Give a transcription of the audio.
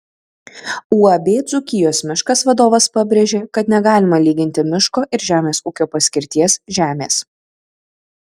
uab dzūkijos miškas vadovas pabrėžė kad negalima lyginti miško ir žemės ūkio paskirties žemės